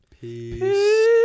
Peace